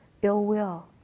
ill-will